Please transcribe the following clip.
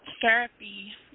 therapy